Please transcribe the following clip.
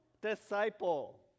disciple